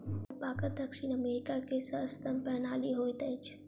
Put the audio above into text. alpaca दक्षिण America के सस्तन प्राणी होइत अछि